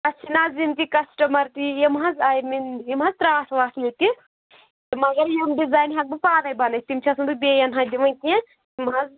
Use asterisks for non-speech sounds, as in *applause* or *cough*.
اَسہِ چھِِ نہٕ حظ یِم تہِ کَسٹَٕمَر تہِ یِم حظ آیہِ مےٚ یِم حظ *unintelligible* چھِ ییٚتہِ تہٕ مگر یِم ڈِزاین ہیٚکہٕ بہٕ پانے بَنٲیِتھ تِم چھَس نہٕ بہٕ بیٚیَن اتھِ دِوان کیٚنٛہہ